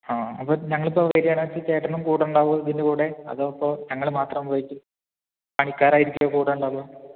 ആ അപ്പോൾ ഞങ്ങളിപ്പോൾ വരികയാണെന്ന് വെച്ചാൽ ചേട്ടനും കൂടെ ഉണ്ടാവുമോ ഇതിൻ്റെ കൂടെ അതോ ഇപ്പോൾ ഞങ്ങള് മാത്രം പോയിട്ട് പണിക്കാരായിരിക്കുമോ കൂടെ ഉണ്ടാവുക